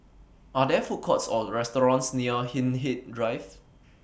Are There Food Courts Or restaurants near Hindhede Drive